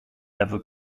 level